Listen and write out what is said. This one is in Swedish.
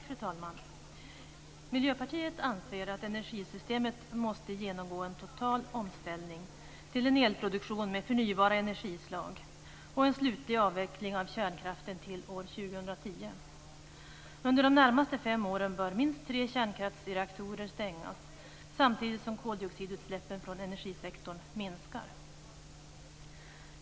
Fru talman! Miljöpartiet anser att energisystemet måste genomgå en total omställning till en elproduktion med förnybara energislag och en slutlig avveckling av kärnkraften till år 2010. Under de närmaste fem åren bör minst tre kärnkraftsreaktorer stängas, samtidigt som koldioxidutsläppen från energisektorn minskar.